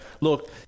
look